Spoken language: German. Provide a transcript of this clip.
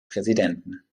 präsidenten